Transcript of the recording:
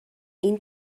این